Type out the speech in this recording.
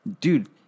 dude